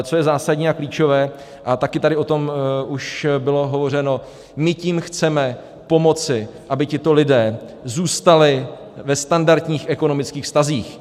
Co je ale zásadní a klíčové, a taky tady o tom už bylo hovořeno, my tím chceme pomoci, aby tito lidé zůstali ve standardních ekonomických vztazích.